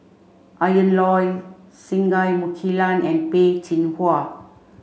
Ian Loy Singai Mukilan and Peh Chin Hua